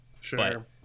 sure